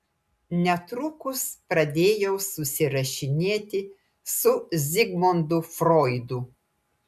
netrukus pradėjau susirašinėti su zigmundu froidu